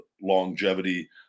longevity